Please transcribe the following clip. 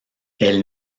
elle